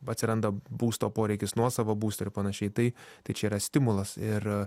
atsiranda būsto poreikis nuosavo būsto ir panašiai tai tai čia yra stimulas ir